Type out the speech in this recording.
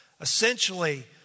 Essentially